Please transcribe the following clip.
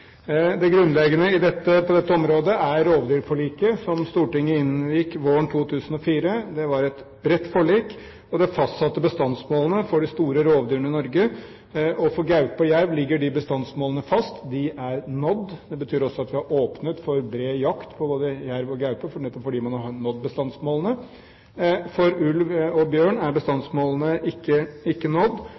Det grunnleggende på dette området er rovdyrforliket som Stortinget inngikk våren 2004. Det var et bredt forlik, og det fastsatte bestandsmålene for de store rovdyrene i Norge. For gaupe og jerv ligger de bestandsmålene fast. De er nådd. Det betyr også at vi har åpnet for bred jakt på både jerv og gaupe, nettopp fordi man har nådd bestandsmålene. For ulv og bjørn er bestandsmålene ikke nådd,